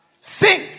sing